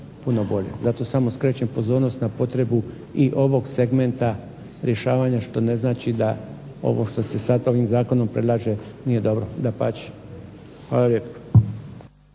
puno bolje. Zato samo skrećem pozornost na potrebu i ovog segmenta rješavanja što ne znači da ovo što se sad ovim zakonom predlaže nije dobro, dapače. Hvala lijepo.